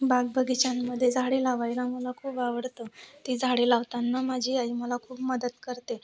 बाग बगीच्यांमध्ये झाडे लावायला मला खूप आवडतं ती झाडे लावताना माझी आई मला खूप मदत करते